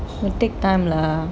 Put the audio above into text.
will take time lah